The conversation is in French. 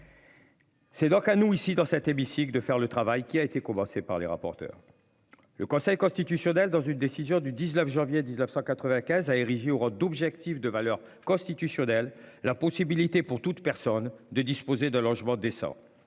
C'est donc à nous, ici dans cet hémicycle de faire le travail qui a été commencé par les rapporteurs. Le Conseil constitutionnel, dans une décision du 19 janvier 1995 a érigé au rang d'objectif de valeur constitutionnelle la possibilité pour toute personne de disposer d'un logement décent.